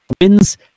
wins